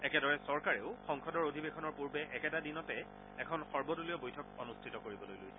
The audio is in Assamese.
একেদৰে চৰকাৰেও সংসদৰ অধিৱেশনৰ পূৰ্বে একেটা দিনতে এখন সৰ্বদলীয় বৈঠক অনুষ্ঠিত কৰিবলৈ লৈছে